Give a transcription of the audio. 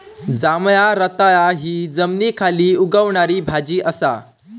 जांभळा रताळा हि जमनीखाली उगवणारी भाजी असा